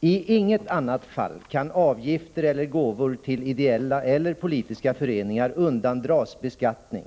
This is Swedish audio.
I inget annat fall kan avgifter eller gåvor till ideella eller politiska föreningar undandras beskattning.